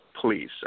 please